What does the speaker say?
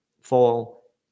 fall